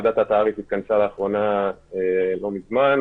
ועדת התעריף התכנסה לאחרונה לא מזמן,